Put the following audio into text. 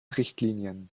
richtlinien